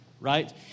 Right